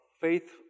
faith